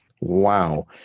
Wow